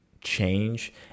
change